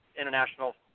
International